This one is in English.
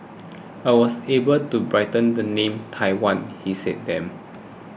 I was able to brighten the name Taiwan he said then